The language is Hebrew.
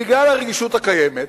בגלל הרגישות הקיימת